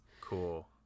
cool